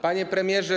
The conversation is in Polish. Panie Premierze!